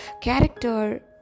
character